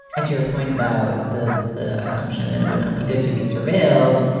and to your point about the the assumption that it would not be good to be surveilled,